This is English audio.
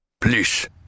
Please